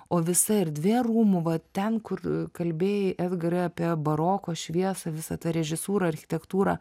o visa erdvė rūmų va ten kur kalbėjai edgarai apie baroko šviesą visą tą režisūrą architektūrą